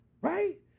right